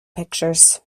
pictures